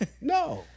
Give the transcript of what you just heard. No